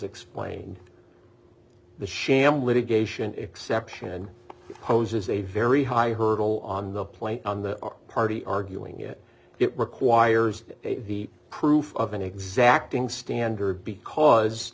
explained the sham litigation exception and poses a very high hurdle on the plane on the party arguing it it requires the proof of an exacting standard because